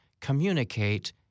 communicate